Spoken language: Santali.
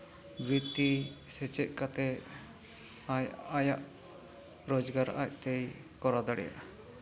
ᱵᱤᱛᱛᱤ ᱥᱮᱪᱮᱫ ᱠᱟᱛᱮᱫ ᱟᱭ ᱟᱭᱟᱜ ᱨᱳᱡᱽᱜᱟᱨ ᱟᱡᱽ ᱛᱮᱭ ᱠᱚᱨᱟᱣ ᱫᱟᱲᱮᱭᱟᱜᱼᱟ